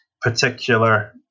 particular